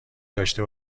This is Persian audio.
داشته